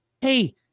hey